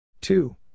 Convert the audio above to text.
Two